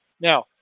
Now